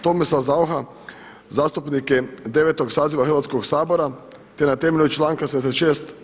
Tomislav Saucha zastupnik je 9. saziva Hrvatskog sabora, te na temelju članka 76.